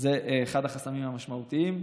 זה אחד החסמים המשמעותיים,